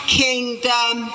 kingdom